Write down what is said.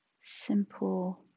Simple